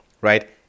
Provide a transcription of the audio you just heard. right